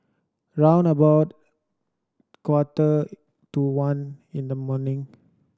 round about quarter to one in the morning